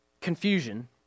confusion